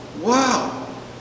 wow